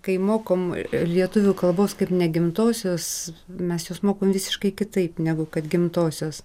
kai mokom lietuvių kalbos kaip negimtosios mes juos mokam visiškai kitaip negu kad gimtosios